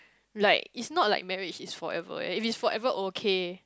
like is not like marriage is forever if it is forever okay